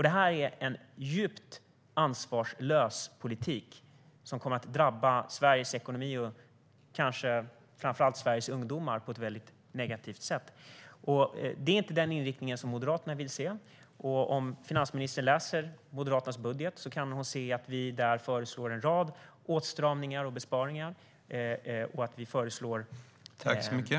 Det här är en djupt ansvarslös politik som kommer att drabba Sveriges ekonomi och kanske framför allt Sveriges ungdomar på ett väldigt negativt sätt. Det är inte den inriktning som Moderaterna vill se. Om finansministern läser Moderaternas budget kan hon se att vi där föreslår en rad åtstramningar och besparingar. Vi kommer också att återkomma med det i nästa budget.